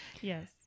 Yes